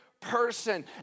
person